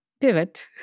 pivot